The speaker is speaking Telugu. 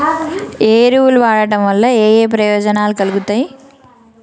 ఏ ఎరువులు వాడటం వల్ల ఏయే ప్రయోజనాలు కలుగుతయి?